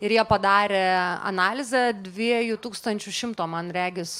ir jie padarė analizę dviejų tūkstančių šimto man regis